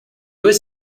was